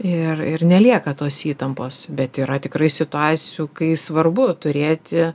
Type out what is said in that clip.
ir ir nelieka tos įtampos bet yra tikrai situacijų kai svarbu turėti